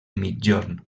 migjorn